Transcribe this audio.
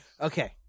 Okay